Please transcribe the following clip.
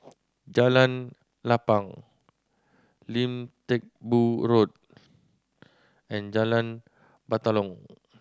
Jalan Lapang Lim Teck Boo Road and Jalan Batalong